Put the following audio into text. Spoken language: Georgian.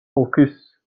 ოლქის